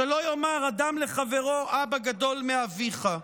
"שלא יאמר אדם לחברו: אבא גדול מאביך".